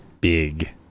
big